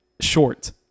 short